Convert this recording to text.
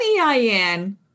EIN